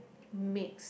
makes